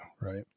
right